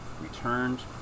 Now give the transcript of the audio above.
returned